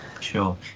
Sure